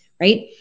Right